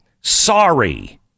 sorry